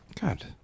God